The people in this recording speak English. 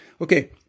Okay